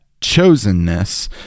chosenness